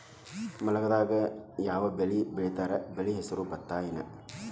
ಮಳೆಗಾಲದಾಗ್ ಯಾವ್ ಬೆಳಿ ಬೆಳಿತಾರ, ಬೆಳಿ ಹೆಸರು ಭತ್ತ ಏನ್?